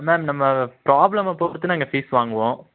ma'am நம்ம ப்ராப்ளம்மை பொறுத்து நாங்கள் ஃபீஸ் வாங்குவோம்